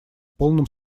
полном